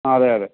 അതെ അതെ